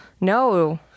No